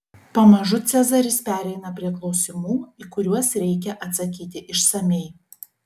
pamažu cezaris pereina prie klausimų į kuriuos reikia atsakyti išsamiai